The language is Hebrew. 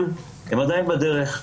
אבל הם עדיין בדרך,